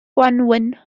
gwanwyn